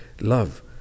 love